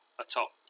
atop